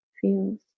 feels